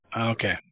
Okay